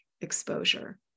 exposure